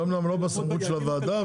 זה אומנם לא בסמכות של הוועדה,